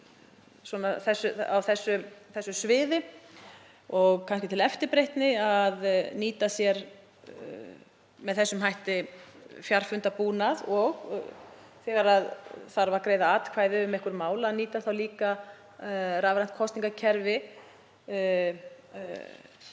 á þessu sviði að nýta sér með þessum hætti fjarfundabúnað, og þegar þarf að greiða atkvæði um einhver mál að nýta líka rafrænt kosningakerfi